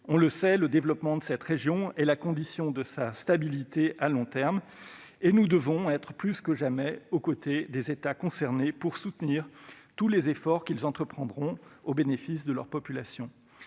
On le sait, le développement de cette région est la condition de sa stabilité à long terme et nous devons être plus que jamais aux côtés des États concernés pour soutenir tous les efforts qu'ils entreprendront au bénéfice de leurs populations.